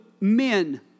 men